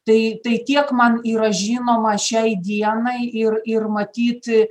tai tai tiek man yra žinoma šiai dienai ir ir matyti